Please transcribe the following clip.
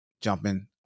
jumping